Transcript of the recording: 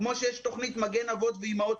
כמו שיש תוכנית מגן אבות ואימהות,